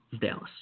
Dallas